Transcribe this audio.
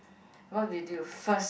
what video first